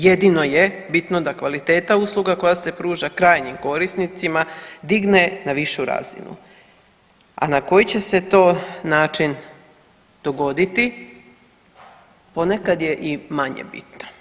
Jedino je bitno da kvaliteta usluga koja se pruža krajnjim korisnicama digne na višu razinu, a na koji će se to način dogoditi ponekad je i manje bitno.